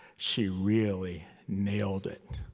she really nailed it.